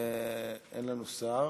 אין לנו שר,